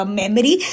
memory